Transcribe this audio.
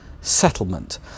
settlement